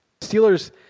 Steelers